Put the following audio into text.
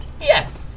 yes